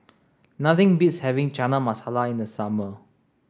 nothing beats having Chana Masala in the summer